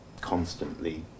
constantly